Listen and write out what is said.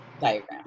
diagram